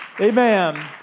Amen